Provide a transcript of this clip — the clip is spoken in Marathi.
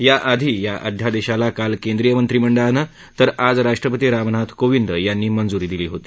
याआधी या अध्यादेशाला काल केंद्रीय मंत्रिमंडळानं तर आज राष्ट्रपती रामनाथ कोविंद यांनी मंजुरी दिली होती